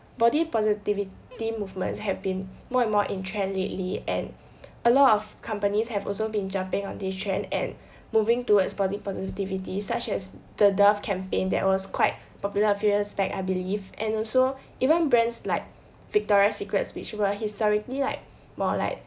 body positivity movements have been more and more in trend lately and a lot of companies have also been jumping on this trend and moving towards body positivity such as the dove campaign that was quite popular few years back I believe and also even brands like victoria secrets which were historically like more like